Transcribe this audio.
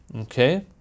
Okay